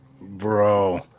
bro